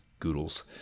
Goodles